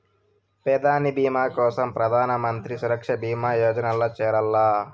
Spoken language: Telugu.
పెదాని బీమా కోసరం ప్రధానమంత్రి సురక్ష బీమా యోజనల్ల చేరాల్ల